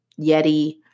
Yeti